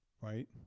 right